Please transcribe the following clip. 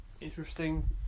interesting